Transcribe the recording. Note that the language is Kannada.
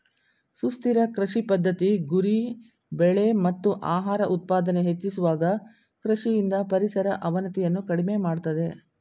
ಸುಸ್ಥಿರ ಕೃಷಿ ಪದ್ಧತಿ ಗುರಿ ಬೆಳೆ ಮತ್ತು ಆಹಾರ ಉತ್ಪಾದನೆ ಹೆಚ್ಚಿಸುವಾಗ ಕೃಷಿಯಿಂದ ಪರಿಸರ ಅವನತಿಯನ್ನು ಕಡಿಮೆ ಮಾಡ್ತದೆ